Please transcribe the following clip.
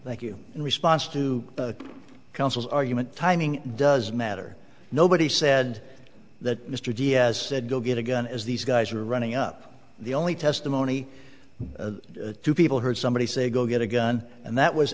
thank you in response to counsel's argument timing does matter nobody said that mr diaz said go get a gun as these guys are running up the only testimony two people heard somebody say go get a gun and that was